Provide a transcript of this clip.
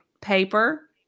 paper